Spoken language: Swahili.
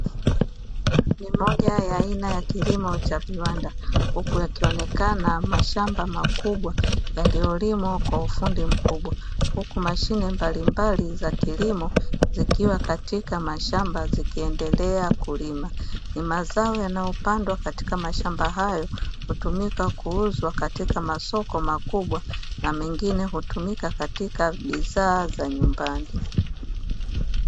Ni moja ya aina ya kilimo cha viwanda, huku yakionekana mashamba makubwa yaliyolimwa kwa ufundi mkubwa, huku mashine mbalimbali za kilimo zikiwa katika mashamba zikiendelea kulima. Mazao yanayopandwa katika mashamba hayo hutumika kuuzwa katika masoko makubwa na mengine hutumika katika bidhaa za nyumbani.